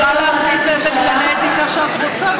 את יכולה להכניס איזה כללי אתיקה שאת רוצה,